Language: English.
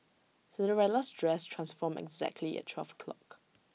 Cinderella's dress transformed exactly at twelve o'clock